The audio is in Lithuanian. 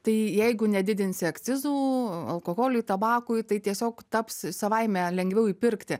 tai jeigu nedidinsi akcizų alkoholiui tabakui tai tiesiog taps savaime lengviau įpirkti